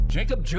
Jacob